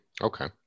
Okay